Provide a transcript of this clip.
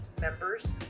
members